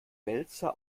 wälzer